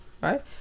right